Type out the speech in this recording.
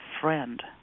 friend